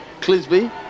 Clisby